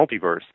multiverse